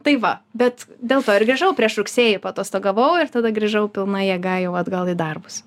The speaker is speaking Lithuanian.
tai va bet dėl to ir grįžau prieš rugsėjį paatostogavau ir tada grįžau pilna jėga jau atgal į darbus